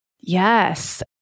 Yes